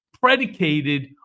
predicated